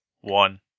one